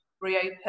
reopen